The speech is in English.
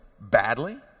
badly